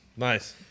Nice